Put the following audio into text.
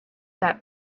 that